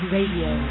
Radio